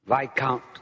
Viscount